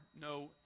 no